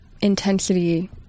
intensity